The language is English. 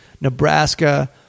Nebraska